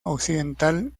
occidental